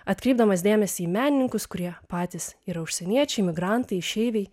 atkreipdamas dėmesį į menininkus kurie patys yra užsieniečiai migrantai išeiviai